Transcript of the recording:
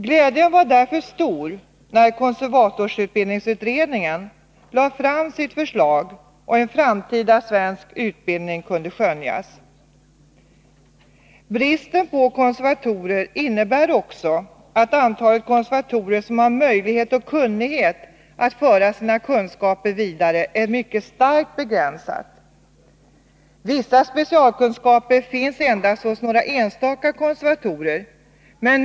Glädjen var därför stor när konservatorsutbildningsutredningen lade fram sitt förslag och en framtida svensk utbildning kunde skönjas. Bristen på konservatorer innebär bl.a. att antalet konservatorer som har möjlighet och förmåga att föra sina kunskaper vidare är starkt begränsat. Vissa specialkunskaper finns endast hos någon enstaka konservator.